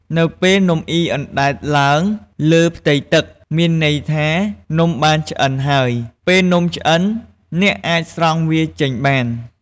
នៅពេលនំអុីអណ្តែតឡើងលើផ្ទៃទឹក មានន័យថានំបានឆ្អិនហើយ ពេលនំឆ្អិន អ្នកអាចស្រង់វាចេញបាន។